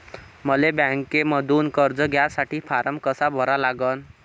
मले बँकेमंधून कर्ज घ्यासाठी फारम कसा भरा लागन?